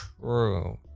true